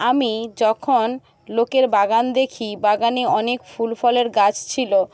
আমি যখন লোকের বাগান দেখি বাগানে অনেক ফুল ফলের গাছ ছিলো